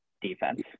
defense